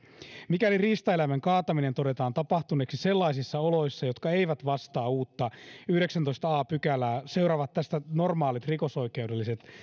mikäli riistaeläimen kaataminen todetaan tapahtuneeksi sellaisissa oloissa jotka eivät vastaa uutta yhdeksättätoista a pykälää seuraavat tästä normaalit rikosoikeudelliset